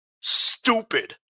Stupid